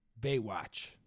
Baywatch